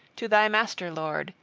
to thy master-lord,